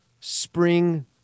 spring